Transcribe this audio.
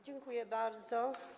Dziękuję bardzo.